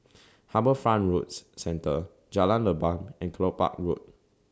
HarbourFront Roads Centre Jalan Leban and Kelopak Road